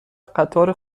قطار